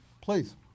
Please